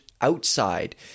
outside